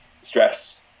stress